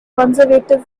conservative